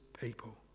people